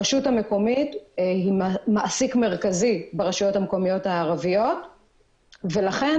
הרשות המקומית היא מעסיק מרכזי ברשויות המקומיות הערביות ולכן